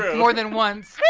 more than once.